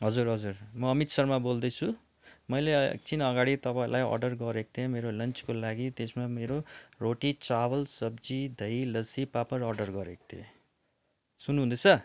हजुर हजुर म अमित शर्मा बोल्दैछु मैले एकछिन अगाडि तपाईँलाई अर्डर गरेको थिएँ मेरो लन्चको लागि त्यसमा मेरो रोटी चावल सब्जी दही लस्सी पापड अर्डर गरेको थिएँ सुन्नु हुँदैछ